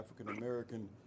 African-American